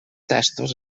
textos